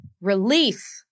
Relief